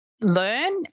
learn